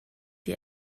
die